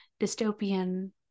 dystopian